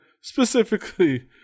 specifically